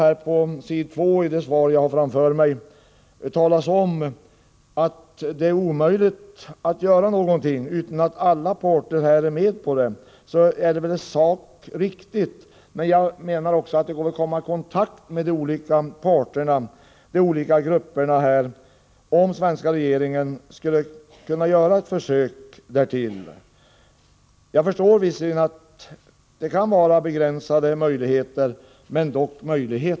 I svaret står det att det är omöjligt att göra någonting utan att alla parter är med på det. Det är väl i sak riktigt, men jag menar att det går att komma i kontakt med de olika parterna och grupperna, om den svenska regeringen gör ett försök därtill. Jag förstår visserligen att möjligheterna kan vara begränsade, men möjligheter finns dock.